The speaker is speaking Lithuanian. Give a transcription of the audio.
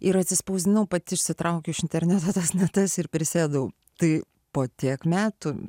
ir atsispausdinau pati išsitraukiu internetas ne tas ir prisėdau tai po tiek metų